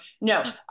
No